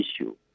issue